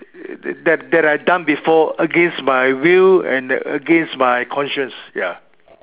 that that I done before against my will and against my conscious ya